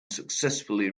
successfully